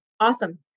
Awesome